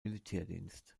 militärdienst